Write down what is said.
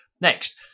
Next